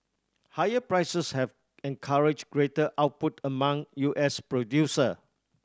higher prices have encouraged greater output among U S producer